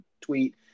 tweet